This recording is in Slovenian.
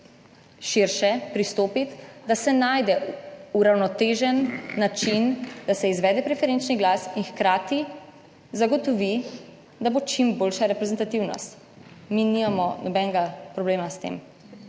širše pristopiti, da se najde uravnotežen način, da se izvede preferenčni glas in hkrati zagotovi, da bo čim boljša reprezentativnost. Mi nimamo nobenega problema s tem.